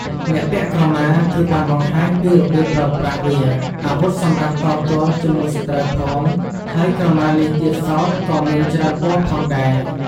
អ្នកពាក់ក្រមាគឺបានបង្ហាញពីរបៀបប្រើប្រាស់វាអាវុធសម្រាប់តទល់ជាមួយសត្រូវផង ហើយក្រមានេះទៀតសោតក៏មានច្រើនពណ៌ផងដែរ។